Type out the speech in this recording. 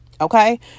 Okay